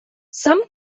some